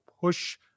push